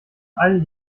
all